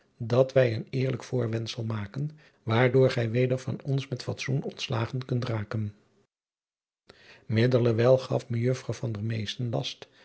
dat wij een eerlijk voorwendsel maken waardoor gij weder van ons met fatsoon ontslagen kunt raken iddelerwijl gaf ejuffrouw last